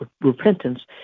Repentance